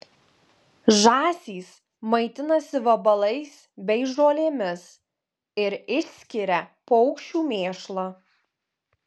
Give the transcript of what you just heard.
žąsys maitinasi vabalais bei žolėmis ir išskiria paukščių mėšlą